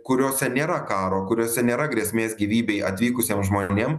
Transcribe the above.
kuriose nėra karo kuriose nėra grėsmės gyvybei atvykusiem žmonėm